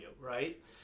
right